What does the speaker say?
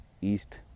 East